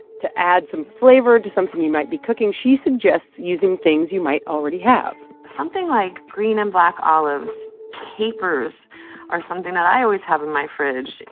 to add some flavor to something you might be cooking, she suggests using things you might already have something like green and black olives, capers are something that i always have in my fridge,